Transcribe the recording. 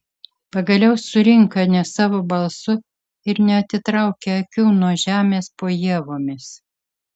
pagaliau surinka ne savo balsu ir neatitraukia akių nuo žemės po ievomis